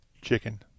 chicken